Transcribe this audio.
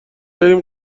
بریم